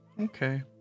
Okay